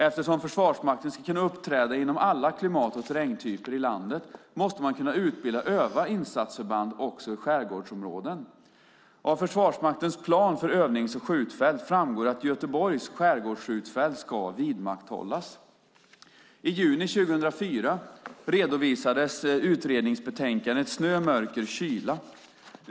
Eftersom Försvarsmakten ska kunna uppträda inom alla klimat och terrängtyper i landet måste man kunna utbilda och öva insatsförband också i skärgårdsområdena. Av Försvarsmaktens plan för övnings och skjutfält framgår att Göteborgs skärgårdsskjutfält ska vidmakthållas. I juni 2004 redovisades utredningsbetänkandet Snö, mörker och kyla .